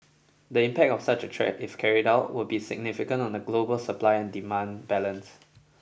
the impact of such a threat if carried out would be significant on the global supply and demand balance